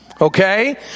okay